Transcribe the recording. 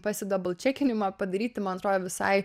pasidablčekinimą padaryti man atrodo visai